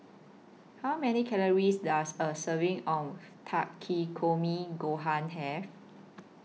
How Many Calories Does A Serving of Takikomi Gohan Have